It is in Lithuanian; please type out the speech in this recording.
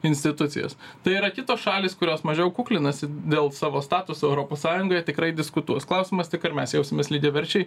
institucijas tai yra kitos šalys kurios mažiau kuklinasi dėl savo statuso europos sąjungoje tikrai diskutuos klausimas tik ar mes jausimės lygiaverčiai